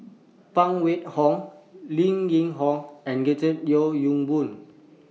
Phan Wait Hong Lim Yew Hock and George Yeo Yong Boon